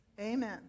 amen